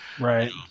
right